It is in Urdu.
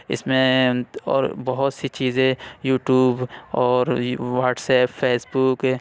اِس میں اور بہت سی چیزیں یو ٹیوب اور واٹسایپ فیس بک